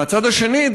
מצד שני,